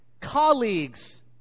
Colleagues